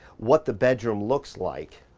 what the bedroom looks like